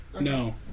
No